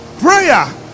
Prayer